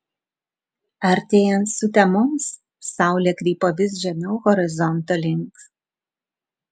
artėjant sutemoms saulė krypo vis žemiau horizonto link